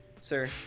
sir